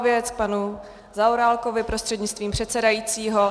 Druhá věc, k panu Zaorálkovi prostřednictvím předsedajícího.